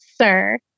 sir